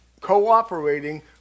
cooperating